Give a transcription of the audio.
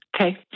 Okay